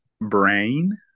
Brain